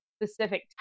specific